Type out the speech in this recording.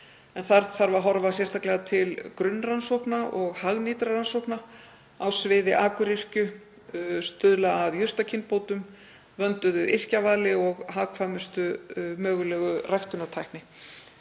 Þar þarf að horfa sérstaklega til grunnrannsókna og hagnýtra rannsókna á sviði akuryrkju, stuðla að jurtakynbótum, vönduðu yrkjavali og hagkvæmustu mögulegu ræktunartækni.